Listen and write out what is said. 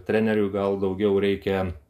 treneriui gal daugiau reikia